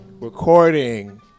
Recording